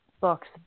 books